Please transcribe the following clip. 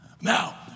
Now